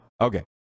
Okay